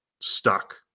stuck